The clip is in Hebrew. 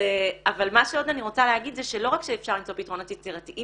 אבל מה שעוד אני רוצה להגיד זה שלא רק שאפשר למצוא פתרונות יצירתיים